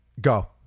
Go